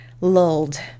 lulled